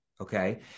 Okay